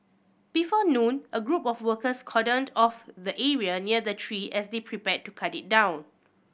before noon a group of workers cordoned off the area near the tree as they prepared to cut it down